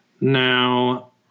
Now